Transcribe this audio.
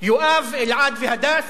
יואב, אלעד והדס.